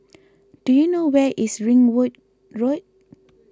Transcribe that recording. do you know where is Ringwood Road